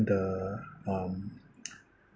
the um